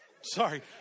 Sorry